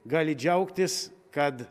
gali džiaugtis kad